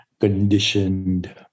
conditioned